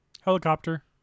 helicopter